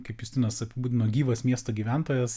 kaip justinas apibūdino gyvas miesto gyventojas